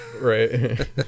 Right